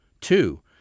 Two